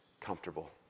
comfortable